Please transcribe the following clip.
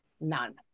None